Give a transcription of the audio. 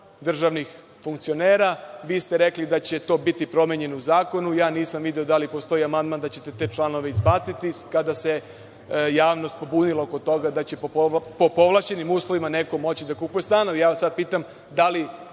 državnih funkcionera. Rekli ste da će to biti promene u zakonu. Nisam video da li postoji amandman da ćete te članove izbaciti, kada se javnost pobunila oko toga da će po povlašćenim uslovima neko moći da kupuje stanove. Pitam – da li